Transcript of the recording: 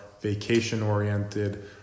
vacation-oriented